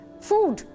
food